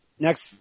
Next